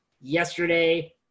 Yesterday